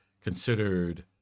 considered